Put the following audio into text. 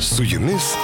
su jumis